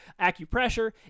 Acupressure